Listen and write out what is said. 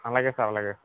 అలాగే సార్ అలాగే